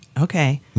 Okay